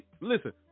Listen